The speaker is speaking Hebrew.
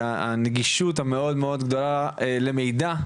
והנגישות המאוד מאוד גדולה למידע,